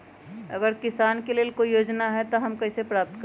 अगर किसान के लेल कोई योजना है त हम कईसे प्राप्त करी?